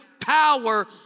power